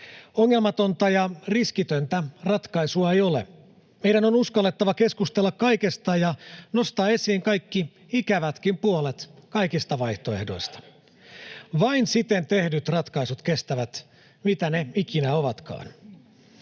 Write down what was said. Ongelmatonta ja riskitöntä ratkaisua ei ole. Meidän on uskallettava keskustella kaikesta ja nostaa esiin kaikki ikävätkin puolet kaikista vaihtoehdoista. [Sebastian Tynkkynen: Ja tehdä päätöksiä!] Vain siten tehdyt ratkaisut kestävät — mitä ne ikinä ovatkaan.